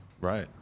Right